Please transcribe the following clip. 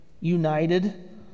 united